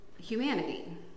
humanity